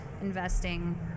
investing